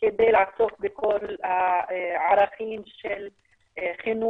כדי לעסוק בכל הערכים של חינוך